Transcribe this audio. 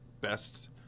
best